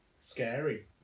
Scary